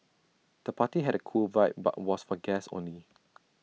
the party had A cool vibe but was for guests only